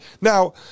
Now